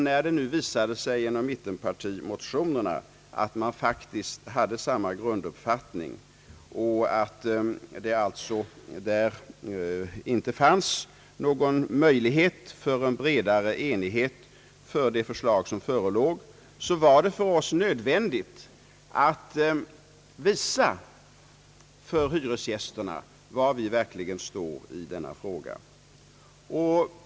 När mittenpartimotionerna visade att man faktiskt hade samma grunduppfattning och att det inte fanns någon möjlighet till en bredare enighet för det förslag som förelåg, var det för oss nödvändigt att visa hyresgästerna var vi verkligen står i denna fråga.